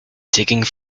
digging